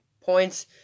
points